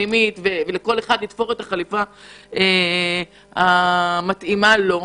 לתפור לכל אחד את החליפה המתאימה לו.